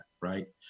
Right